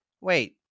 wait